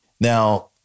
Now